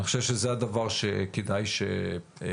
אני חושב שזה דבר שכדאי שנברר.